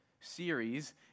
series